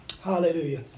Hallelujah